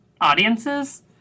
audiences